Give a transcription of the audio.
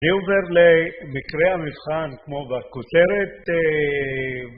אני עובר למקרה המבחן, כמו בכותרת